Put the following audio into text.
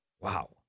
wow